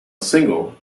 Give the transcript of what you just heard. single